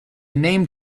name